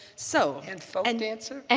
so and folk and dancer. and